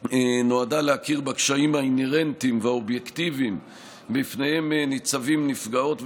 הם להכיר בקשיים האינהרנטיים שבפניהם ניצבים נפגעי